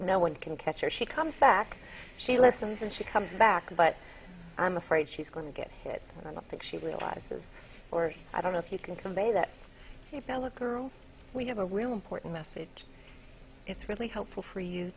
no one can catch her she comes back she listens and she comes back but i'm afraid she's going to get hit and i don't think she realizes or i don't know if you can convey that to bella girl we have a real important message it's really helpful for you